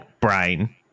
brain